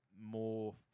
more